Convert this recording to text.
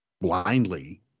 blindly